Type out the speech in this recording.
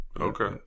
Okay